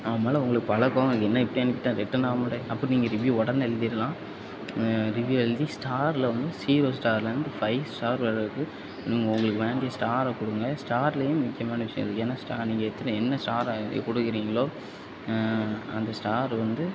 அவன் மேலே உங்களுக்கு பல கோவம் என்ன இப்படி அனுப்பிவிட்டான் ரிட்டன் ஆவ மாட்டேக் அப்போ நீங்கள் ரிவியூ உடனே எலுத்திரலாம் ரிவியூ எழுதி ஸ்டாரில் வந்து ஜீரோ ஸ்டார்லேந்து ஃபைவ் ஸ்டார் வர இருக்கு நீங்கள் உங்களுக்கு வேண்டிய ஸ்டாரை கொடுங்க ஸ்டார்லையும் முக்கியமான விஷயம் இருக்கு ஏன்னா ஸ்டார் நீங்கள் எத்தனி என்ன ஸ்டாரை கொடுக்கிறிங்களோ அந்த ஸ்டாரு வந்து